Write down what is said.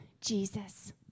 Jesus